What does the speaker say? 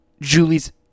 Julie's